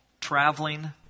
traveling